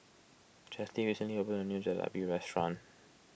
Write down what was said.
Chesley recently opened a new Jalebi restaurant